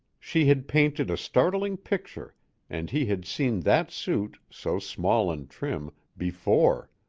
she had painted a startling picture and he had seen that suit, so small and trim, before.